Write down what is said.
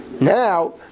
Now